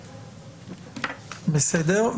בסדר.